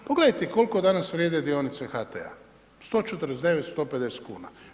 Pogledajte koliko danas vrijede dionice HT-a., 149, 150 kuna.